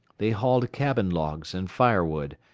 they hauled cabin logs and firewood,